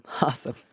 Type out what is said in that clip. awesome